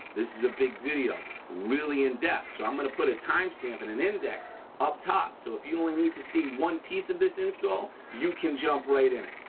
this is a big video, really in-depth, so i'm gonna put a timestamp and an index up top, so if you only need to see one piece of this install, you can jump right in it.